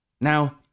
Now